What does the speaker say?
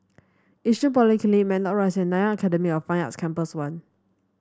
Yishun Polyclinic Matlock Rise and Nanyang Academy of Fine Arts Campus One